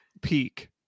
peak